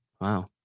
Wow